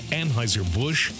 Anheuser-Busch